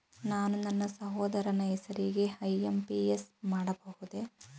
ನಾನು ನನ್ನ ಸಹೋದರನ ಹೆಸರಿಗೆ ಐ.ಎಂ.ಪಿ.ಎಸ್ ಮಾಡಬಹುದೇ?